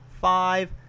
five